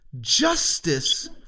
justice